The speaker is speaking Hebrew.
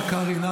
אתה שקרן עלוב.